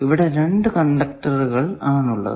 ഇവിടെ രണ്ടു കണ്ടക്ടർ ആണ് ഉള്ളത്